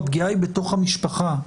הפגיעה היא בתוך המשפחה,